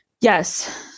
Yes